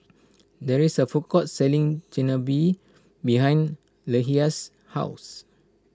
there is a food court selling Chigenabe behind Leshia's house